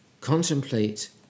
contemplate